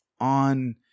on